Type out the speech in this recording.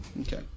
Okay